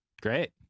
Great